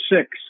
six